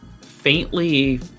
faintly